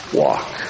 walk